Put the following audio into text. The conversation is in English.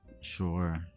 Sure